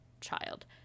child